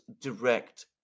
direct